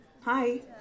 Hi